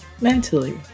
mentally